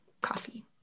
Coffee